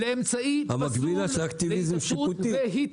המקבילה זה אקטיביזם שיפוטי.